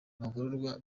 abagororwa